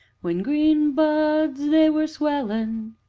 when green buds they were swellin',